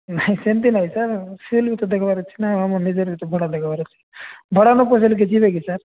ନାଇଁ ସେମତି ନାଇଁ ସାର୍ ସିଏ ସେଲ୍ବି ଦେଖିବାର ଅଛି ନା ଆମର ନିଜର ବି ତ ଭଡ଼ା ଦେବାର ଅଛି ଭଡ଼ା ନ ପୋଷେଇଲେ କିଏ ଯିବେ କି ସାର୍